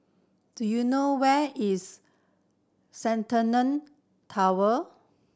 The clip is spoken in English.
do you know where is Centennial Tower